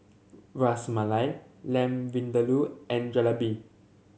Ras Malai Lamb Vindaloo and Jalebi